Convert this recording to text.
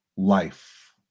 life